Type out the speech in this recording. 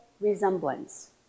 resemblance